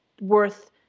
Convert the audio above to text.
worth